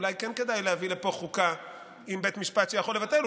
אולי כן כדאי להביא לפה חוקה עם בית משפט שיכול לבטל,